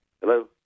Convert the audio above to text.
Hello